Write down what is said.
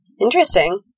Interesting